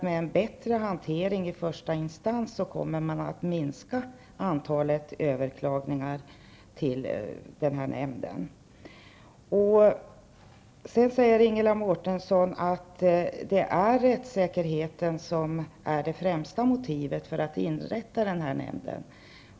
Med en bättre hantering i första instans tror jag att antalet överklaganden till denna nämnd kommer att minska. Ingela Mårtensson sade att rättssäkerheten är det främsta motivet för att inrätta denna nämnd.